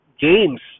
games